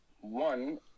one